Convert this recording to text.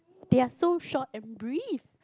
they're so short and brief